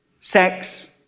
sex